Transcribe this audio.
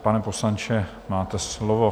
Pane poslanče, máte slovo.